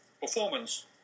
performance